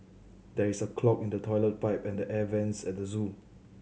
there is a clog in the toilet pipe and the air vents at the zoo